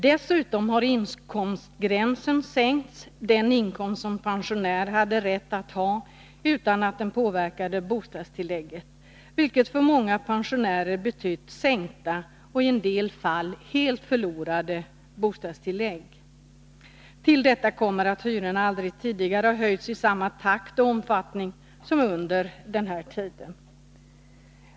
Dessutom har inkomstgränsen — dvs. gränsen för den inkomst som pensionär hade rätt att ha utan att bostadstillägget påverkades — sänkts, vilket för många pensionärer betytt sänkta och i en del fall helt förlorade bostadstillägg. Till detta kommer att hyrorna aldrig tidigare har höjts i samma takt och omfattning som under denna tid.